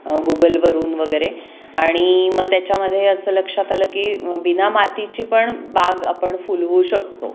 गुगलवरून वगैरे आणि मग त्याच्यामध्ये असं लक्षात आलं की बिना मातीची पण बाग आपण फुलवू शकतो